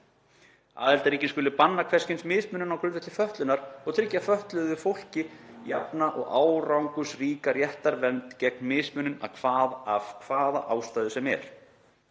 Aðildarríkin skulu banna hvers kyns mismunun á grundvelli fötlunar og tryggja fötluðu fólki jafna og árangursríka réttarvernd gegn mismunun af hvaða ástæðu sem er.